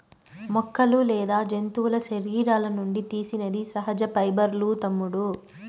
మొక్కలు లేదా జంతువుల శరీరాల నుండి తీసినది సహజ పైబర్లూ తమ్ముడూ